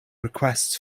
requests